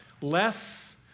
less